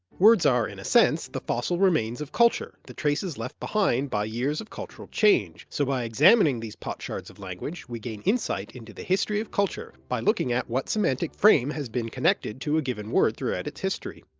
words are, in a sense, the fossil remains of culture, the traces left behind by years of cultural change, so by examining these potsherds of language we gain insight into the history of culture by looking at what semantic frame has been connected to a given word throughout its history.